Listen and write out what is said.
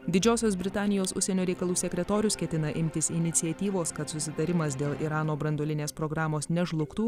didžiosios britanijos užsienio reikalų sekretorius ketina imtis iniciatyvos kad susitarimas dėl irano branduolinės programos nežlugtų